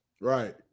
Right